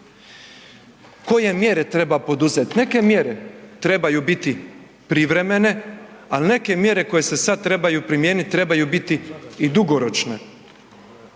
Koje mjere treba poduzet? Neke mjere trebaju biti privremene, al neke mjere koje se sada trebaju primijeniti trebaju biti i dugoročne.